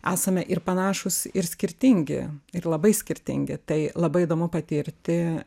esame ir panašūs ir skirtingi ir labai skirtingi tai labai įdomu patirti